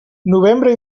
novembre